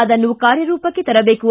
ಅದನ್ನು ಕಾರ್ಯರೂಪಕ್ಕೆ ತರದೇಕು